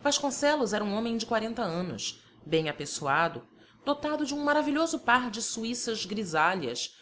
vasconcelos era um homem de quarenta anos bem apessoado dotado de um maravilhoso par de suíças grisalhas